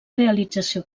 realització